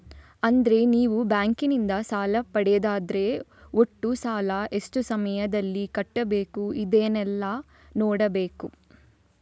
ಅಂದ್ರೆ ನೀವು ಬ್ಯಾಂಕಿನಿಂದ ಸಾಲ ಪಡೆದದ್ದಾದ್ರೆ ಒಟ್ಟು ಸಾಲ, ಎಷ್ಟು ಸಮಯದಲ್ಲಿ ಕಟ್ಬೇಕು ಇದನ್ನೆಲ್ಲಾ ನೋಡ್ಬೇಕು